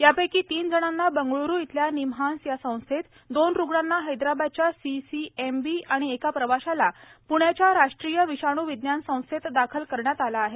यापैकी तीन जणांना बंगळ्रू इथल्या निमहांस या संस्थेत दोन रुग्णांना हैदराबादच्या सीसीएमबी आणि एका प्रवाशाला पुण्याच्या राष्ट्रीय विषाणू विज्ञान संस्थेत दाखल केलं आहे